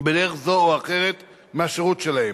בדרך זו או אחרת מהשירות שלהם.